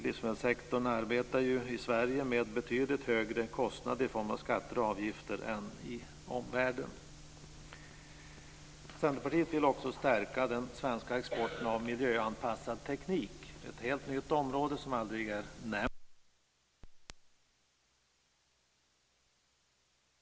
Livsmedelssektorn arbetar ju i Sverige med betydligt högre kostnader i form av skatter och avgifter än man gör i omvärlden. Centerpartiet vill också stärka den svenska exporten av miljöanpassad teknik. Det är ett helt nytt område som aldrig nämnts tidigare här i kammaren, och där vi har utomordentliga möjligheter i vårt land. Det är en verksamhet som för övrigt också prioriteras av våra tekniska attachéer, vilket vi fick se och höra vid utskottets besök hos dem i går. Fru talman!